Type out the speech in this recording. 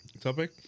topic